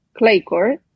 Claycourt